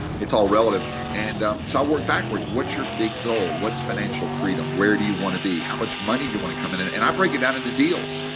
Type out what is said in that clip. it's all relative. and so i worked backwards. what's your big goal? what's financial freedom? where do you want to be? how much money do you want to come in? and and i break it down into deals.